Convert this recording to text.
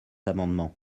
amendement